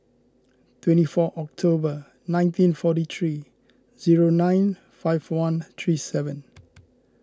twenty four October nineteen forty three zero nine five one three seven